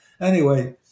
Anyway-